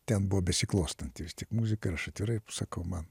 ten buvo besiklostanti vis tik muzika ir aš atvirai sakau man